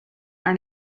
earn